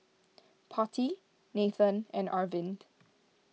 Potti Nathan and Arvind